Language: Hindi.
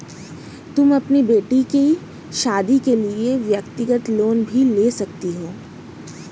तुम अपनी बेटी की शादी के लिए व्यक्तिगत लोन भी ले सकती हो